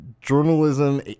Journalism